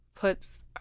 puts